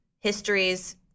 histories